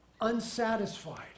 unsatisfied